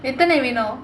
later then we know